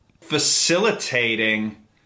facilitating